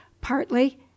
partly